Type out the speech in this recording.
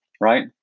Right